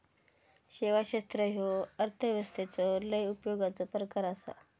सेवा क्षेत्र ह्यो अर्थव्यवस्थेचो लय उपयोगाचो प्रकार आसा